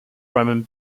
roman